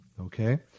okay